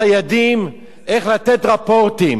איך לתת רפורטים, איזה חוק?